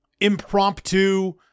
impromptu